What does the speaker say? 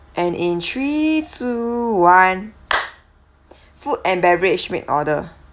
and in three two one food and beverage make order